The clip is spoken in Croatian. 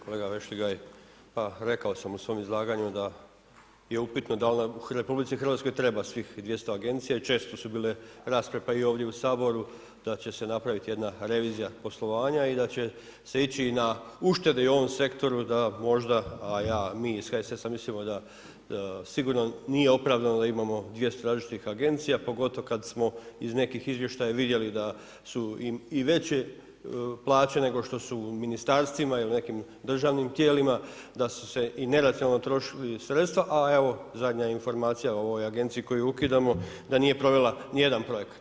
Kolega Vešligaj, pa rekao sam u svom izlaganju da je upitno da u RH treba svih 200 agencija i često su bile rasprave pa i ovdje u Saboru da će se napraviti jedna revizija poslovanja i da će se ići na uštede i u ovom sektoru da možda a mi iz HSS-a mislimo da sigurno nije opravdano da imamo 200 različitih agencija pogotovo kad smo iz nekih izvještaja vidjeli da su im i veće plaće nego što su ministarstvima ili nekim državnim tijelima, da su se i neracionalno trošila sredstva a evo zadnja informacija o ovoj agenciji koju ukidamo, da nije provela nijedan projekat.